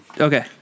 Okay